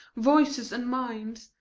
voices, and minds,